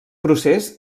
procés